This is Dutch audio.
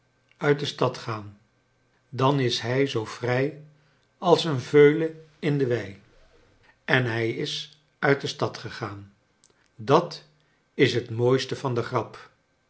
uit de stad gaan dan is hij zoo vrij als een veulen in de wei en hij is uit de stad gegaan dat is het mooiste van de grap